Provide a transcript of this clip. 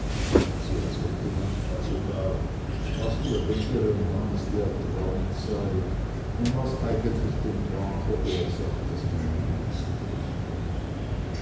sie erzählte manchmal sogar was ihr von ihrem hansli ertraumt sei und was eigentlich den traum verursacht daß man blinzen mußte